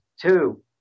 two